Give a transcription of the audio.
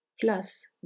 plus